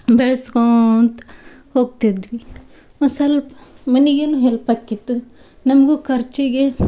ಬೆಳ್ಸ್ಕೊತಾ ಹೋಗ್ತಿದ್ವಿ ಒಂದು ಸ್ವಲ್ಪ ಮನೆಗೇನು ಹೆಲ್ಪ್ ಆಕಿತ್ತು ನಮಗೂ ಖರ್ಚಿಗೆ